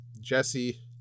Jesse